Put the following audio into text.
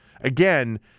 Again